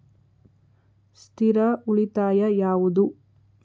ಸ್ಥಿರ ಉಳಿತಾಯ ಯಾವುದು?